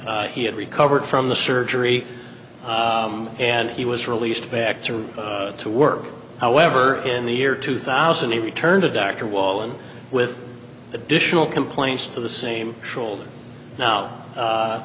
he had recovered from the surgery and he was released back through to work however in the year two thousand he returned a doctor wallen with additional complaints to the same now